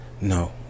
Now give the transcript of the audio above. No